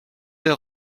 der